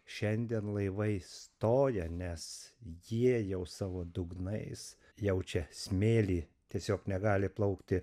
šiandien laivai stoja nes jie jau savo dugnais jaučia smėlį tiesiog negali plaukti